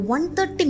130